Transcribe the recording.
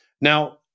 Now